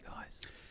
guys